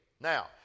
Now